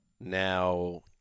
now